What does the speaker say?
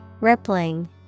Rippling